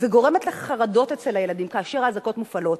וגורמת לחרדות אצל הילדים כאשר האזעקות מופעלות.